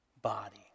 body